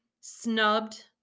snubbed